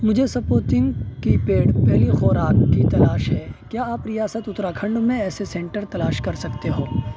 مجھے سپوتنگ کی پیڈ پہلی خوراک کی تلاش ہے کیا آپ ریاست اتراکھنڈ میں ایسے سنٹر تلاش کر سکتے ہو